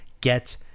get